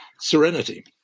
serenity